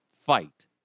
fight